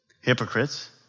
Hypocrites